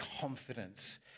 confidence